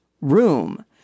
room